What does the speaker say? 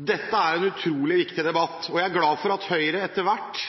Dette er en utrolig viktig debatt. Jeg er glad for at også Høyre etter hvert